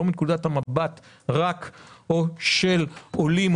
לא מנקודת המבט רק או של עולים,